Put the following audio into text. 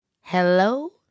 Hello